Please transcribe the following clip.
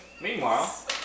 Meanwhile